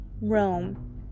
Rome